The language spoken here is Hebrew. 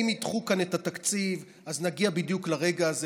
אם ידחו כאן את התקציב אז נגיע בדיוק לרגע הזה